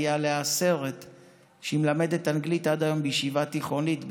יהיה עליה סרט שהיא מלמדת עד היום בישיבה תיכונית,